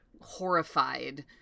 horrified